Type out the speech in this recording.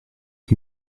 lui